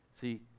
See